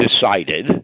decided